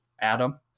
Adam